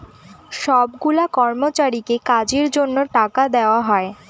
সব গুলা কর্মচারীকে কাজের জন্য টাকা দেওয়া হয়